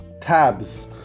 tabs